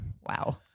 wow